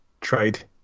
trade